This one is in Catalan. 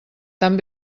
tan